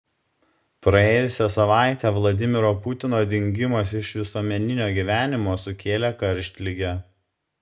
praėjusią savaitę vladimiro putino dingimas iš visuomeninio gyvenimo sukėlė karštligę